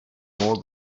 all